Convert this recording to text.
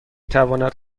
تواند